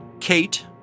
Kate